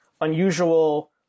unusual